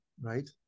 Right